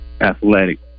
athletic